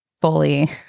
fully